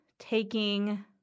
taking